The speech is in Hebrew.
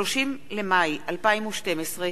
30 במאי 2012,